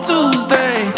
Tuesday